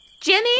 Jimmy